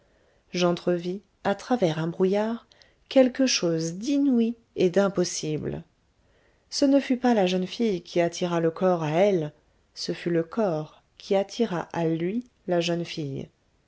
j'entrevis à travers un brouillard quelque chose d'inouï et d'impossible ce ne fut pas la jeune fille qui attira le corps à elle ce fut le corps qui attira à lui la jeune fille